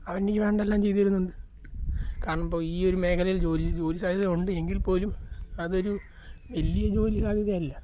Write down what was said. അവരെനിക്ക് വേണ്ടതെല്ലാം ചെയ്തു തരുന്നുണ്ട് കാരണം ഇപ്പോൾ ഈ ഒരു മേഖലയിൽ ജോലി ജോലി സാദ്ധ്യതയുണ്ട് എങ്കിൽ പോലും അതൊരു വലിയ ജോലി സാദ്ധ്യതയല്ല